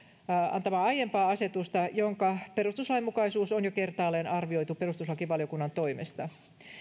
antamaa aiempaa asetusta jonka perustuslainmukaisuus on jo kertaalleen arvioitu perustuslakivaliokunnan toimesta